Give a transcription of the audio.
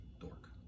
dork